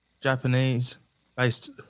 Japanese-based